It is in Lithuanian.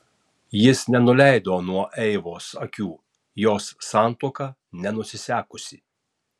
jis nenuleido nuo eivos akių jos santuoka nenusisekusi